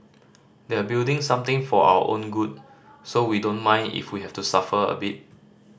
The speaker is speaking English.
they're building something for our own good so we don't mind if we have to suffer a bit